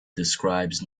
describes